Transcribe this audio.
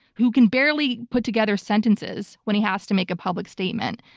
who can barely put together sentences when he has to make a public statement.